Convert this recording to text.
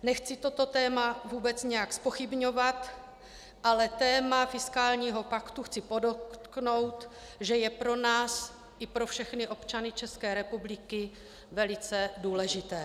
Nechci toto téma vůbec nějak zpochybňovat, ale téma fiskálního paktu, chci podotknout, že je pro nás i pro všechny občany České republiky velice důležité.